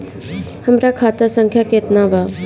हमरा खाता संख्या केतना बा?